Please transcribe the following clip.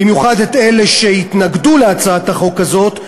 במיוחד את אלה שהתנגדו להצעת החוק הזאת,